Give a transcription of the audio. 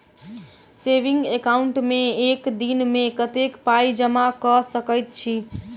Saving account मे एक दिनमे कतेक पाई जमा कऽ सकैत छी?